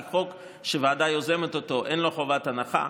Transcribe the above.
כי חוק שוועדה יוזמת אותו אין לו חובת הנחה.